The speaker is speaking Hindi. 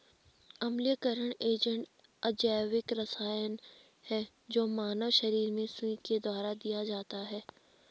अम्लीयकरण एजेंट अजैविक रसायन है जो मानव शरीर में सुई के द्वारा दिया जाता है